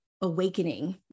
awakening